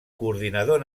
coordinador